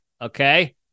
okay